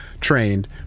trained